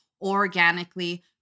organically